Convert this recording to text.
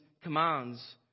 commands